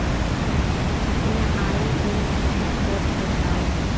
अपना IFSC code बतावअ